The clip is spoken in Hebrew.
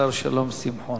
השר שלום שמחון.